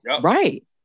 Right